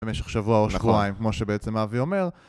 במשך שבוע או שבועיים, כמו שבעצם אבי אומר.